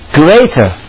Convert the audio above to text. greater